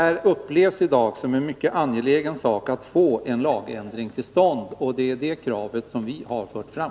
Det upplevs i dag som en mycket angelägen sak att få en lagändring till stånd, och det är det kravet vi har fört fram.